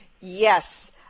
Yes